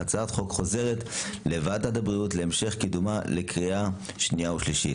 הצעת החוק חוזרת לוועדת הבריאות להמשך קידומה לקריאה שנייה ושלישית.